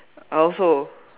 I also